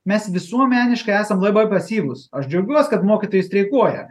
mes visuomeniškai esam labai pasyvūs aš džiaugiuos kad mokytojai streikuoja